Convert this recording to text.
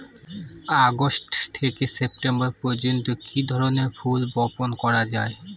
August থেকে September পর্যন্ত কি ধরনের ফুল বপন করা যায়?